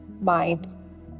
mind